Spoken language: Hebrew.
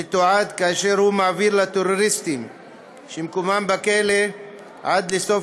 ומתועד כאשר הוא מעביר לטרוריסטים שמקומם בכלא עד לסוף